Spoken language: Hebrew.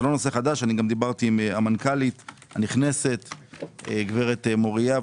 גם דיברתי עם המנכ"לית הנכנסת הגב' מוריה.